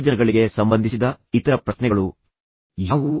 ಪ್ರಯೋಜನಗಳಿಗೆ ಸಂಬಂಧಿಸಿದ ಇತರ ಪ್ರಶ್ನೆಗಳು ಯಾವುವು